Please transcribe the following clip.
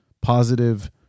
positive